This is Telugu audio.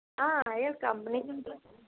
ఆ అయ్యో కంపెనీ